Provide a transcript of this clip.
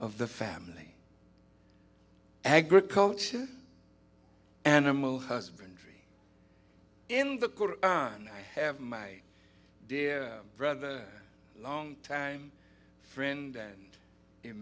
of the family agriculture animal husbandry in the on i have my dear brother long time friend and